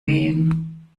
gehen